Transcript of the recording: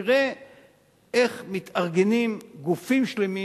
תראה איך מתארגנים גופים שלמים,